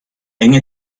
enge